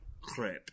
crap